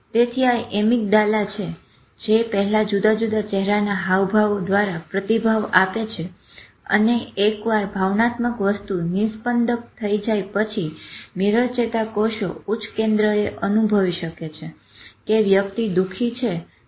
તેથી આ એમીગડાલા છે જે પહેલા જુદા જુદા ચેહરાના હાવભાવ દ્વારા પ્રતિભાવ આપે છે અને એકવાર ભાવનાત્મક વસ્તુ નિસ્પંદક થઇ જાય પછી મીરર ચેતાકોષો ઉચ્ચ કેન્દ્રએ અનુભવી શકે છે કે વ્યક્તિ દુઃખી છે કારણ કે દુઃખ શું છે